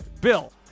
Bill